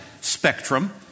spectrum